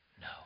no